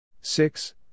Six